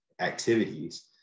activities